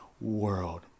world